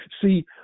See